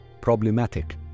problematic